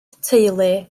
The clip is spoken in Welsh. teulu